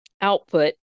output